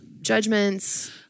judgments